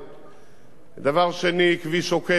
דבר שני, כביש עוקף הוא לטובת כולם.